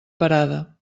parada